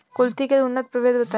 कुलथी के उन्नत प्रभेद बताई?